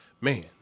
man